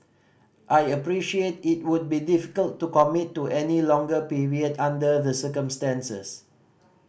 I appreciate it would be difficult to commit to any longer period under the circumstances